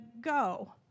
go